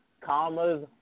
commas